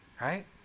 Right